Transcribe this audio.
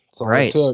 Right